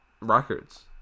records